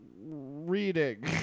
reading